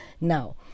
Now